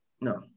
No